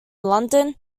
london